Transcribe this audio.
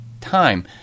time